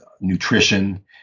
nutrition